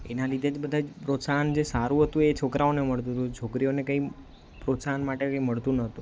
એના લીધે જ બધા પ્રોત્સાહન જે સારું હતું એ છોકરાઓને મળતું હતું છોકરીઓને કંઈ પ્રોત્સાહન માટે કંઈ મળતું નહોતું